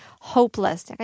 hopeless